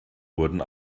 wurde